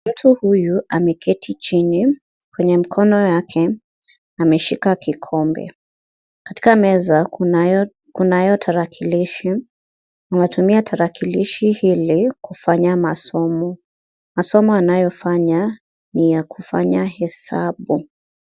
Mtu huyu ameketi chini kwenye mkono wake ameshika kikombe, katika meza kunayo tarakilishi, anatumia tarakilishi hili kufanya masomo, masomo anayofanya ni ya kufanya hesabu.